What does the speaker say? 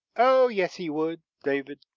oh! yes he would, david,